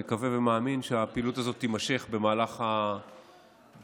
מקווה ומאמין שהפעילות הזאת תימשך במהלך השבועות